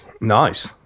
Nice